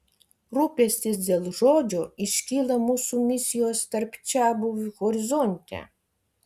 rūpestis dėl žodžio iškyla mūsų misijos tarp čiabuvių horizonte